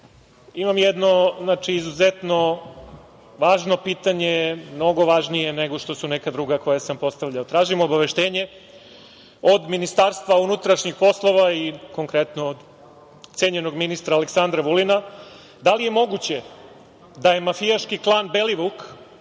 imam jedno izuzetno važno pitanje, mnogo važnije nego što su neka druga koja sam postavljao. Tražim obaveštenje od Ministarstva unutrašnjih poslova i konkretno cenjenog ministra Aleksandra Vulina. Da li je moguće da je mafijaški klan „Belivuk“,